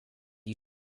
you